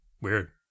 Weird